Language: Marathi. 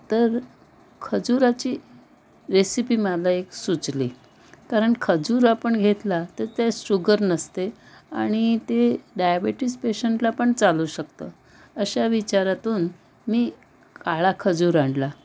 तर खजूराची रेसिपी मला एक सुचली कारण खजूर आपण घेतला तर ते शुगर नसते आणि ते डायबेटीस पेशंटला पण चालू शकतं अशा विचारातून मी काळा खजूर आणला